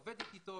עובדת אתו,